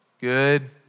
Good